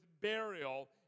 burial